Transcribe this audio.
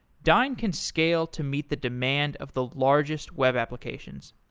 dyn can scale to meet the demand of the largest web applications.